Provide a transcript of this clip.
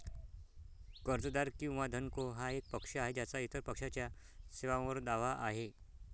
कर्जदार किंवा धनको हा एक पक्ष आहे ज्याचा इतर पक्षाच्या सेवांवर दावा आहे